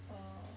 uh